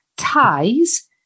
ties